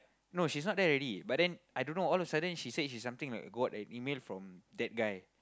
no she's not there already but then I don't know all a sudden she said she something like got an email from that guy